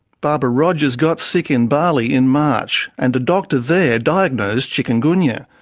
barbara rogers got sick in bali in march, and a doctor there diagnosed chikungunya.